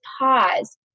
pause